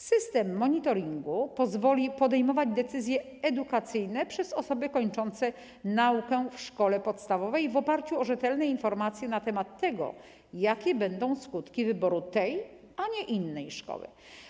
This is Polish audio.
System monitoringu pozwoli podejmować decyzje edukacyjne przez osoby kończące naukę w szkole podstawowej w oparciu o rzetelne informacje na temat tego, jakie będą skutki wyboru tej, a nie innej szkoły.